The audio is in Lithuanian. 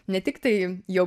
ne tik tai jau